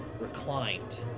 reclined